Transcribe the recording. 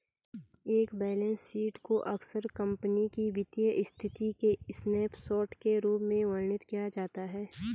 एक balance sheet को अक्सर कंपनी की वित्तीय स्थिति के स्नैपशॉट के रूप में वर्णित किया जाता है